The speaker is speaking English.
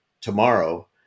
tomorrow